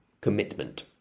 commitment